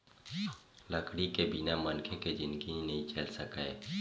लकड़ी के बिना मनखे के जिनगी नइ चल सकय